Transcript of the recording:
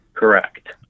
Correct